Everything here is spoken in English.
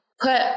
put